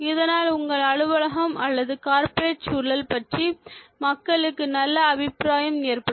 இதனால் உங்கள் அலுவலகம் அல்லது கார்ப்பரேட் சூழல் பற்றி மக்களுக்கு நல்ல அபிப்ராயம் ஏற்படும்